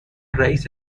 رئیس